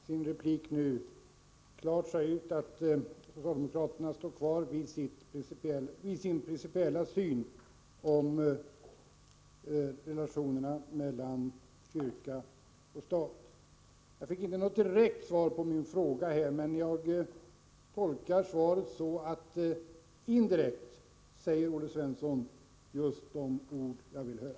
Herr talman! Jag tycker det är bra att Olle Svensson i sin replik klart utsade att socialdemokraterna står fast vid sin principiella syn på relationerna mellan kyrka och stat. Jag fick inte något direkt svar på min fråga, men jag tolkar det så att Olle Svensson indirekt sagt just vad jag vill höra.